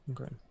Okay